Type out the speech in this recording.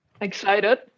excited